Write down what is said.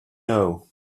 know